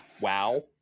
wow